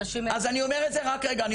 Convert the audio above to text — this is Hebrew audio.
אז אני אומר את זה גם כעת,